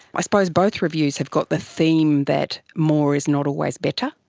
i suppose both reviews have got the theme that more is not always better.